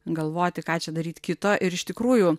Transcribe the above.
galvoti ką čia daryti kito ir iš tikrųjų